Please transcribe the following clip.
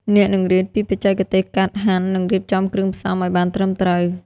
អ្នកនឹងរៀនពីបច្ចេកទេសកាត់ ហាន់ និងរៀបចំគ្រឿងផ្សំឱ្យបានត្រឹមត្រូវ។